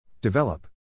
Develop